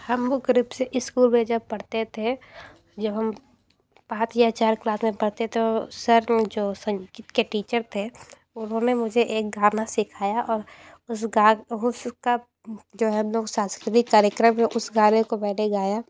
हम वह ग्रुप से स्कूल में जब पढ़ते थे जब हम पाँच या चार क्लास में पढ़ते तो सर जो संगीत के टीचर थे उन्होंने मुझे एक गाना सिखाया और उस गा उसका जो हम लोग सांस्कृतिक कार्यक्रम में उस गाने को मैंने गाया